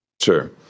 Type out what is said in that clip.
Sure